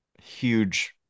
huge